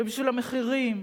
ובשביל המחירים,